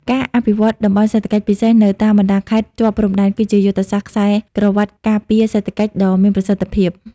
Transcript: ការអភិវឌ្ឍ តំបន់សេដ្ឋកិច្ចពិសេស នៅតាមបណ្ដាខេត្តជាប់ព្រំដែន គឺជាយុទ្ធសាស្ត្រ "ខ្សែក្រវាត់ការពារសេដ្ឋកិច្ច" ដ៏មានប្រសិទ្ធភាព។